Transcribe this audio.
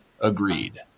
agreed